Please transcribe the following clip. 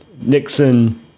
Nixon